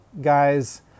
guys